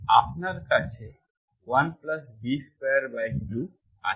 আপনার কাছে 1v22 আছে